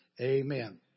Amen